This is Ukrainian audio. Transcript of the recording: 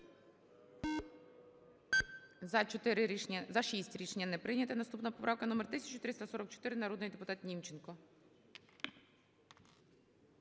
За-6 Рішення не прийнято. Наступна поправка номер 1344. Народний депутат Німченко.